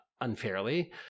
unfairly